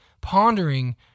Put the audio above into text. pondering